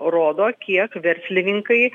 rodo kiek verslininkai